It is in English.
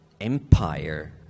empire